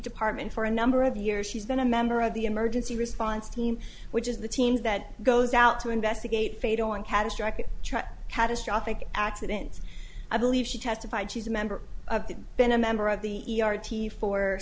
department for a number of years she's been a member of the emergency response team which is the teams that goes out to investigate phaedo on catastrophic truck catastrophic accidents i believe she testified she's a member of the been a member of the e r t for